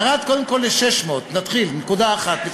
ירד קודם כול ל-600, נתחיל, נקודה אחת.